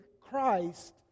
Christ